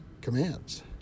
commands